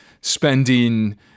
spending